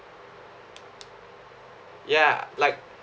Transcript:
ya like